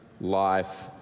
life